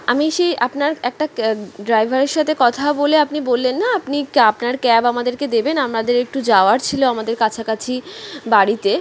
আমি সেই আপনার একটা ড্রাইভারের সাথে কথা বলে আপনি বললেন না আপনি কা আপনার ক্যাব আমাদেরকে দেবেন আমাদের একটু যাওয়ার ছিল আমাদের কাছাকাছি বাড়িতে